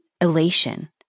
elation